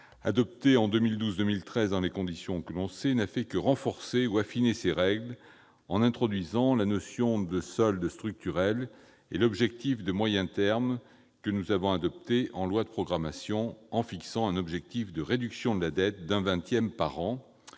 adopté en 2012-2013 dans les conditions que l'on sait, n'a fait que renforcer ou affiner ces règles, en introduisant la notion de solde structurel et l'objectif de moyen terme, que nous avons adopté en loi de programmation, en fixant un objectif de réduction de la dette d'un vingtième par an-